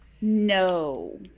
No